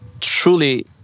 truly